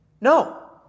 no